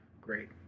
great